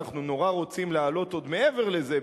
אנחנו נורא רוצים להעלות עוד מעבר לזה,